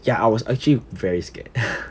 ya I was actually very scared